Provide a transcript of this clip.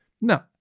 No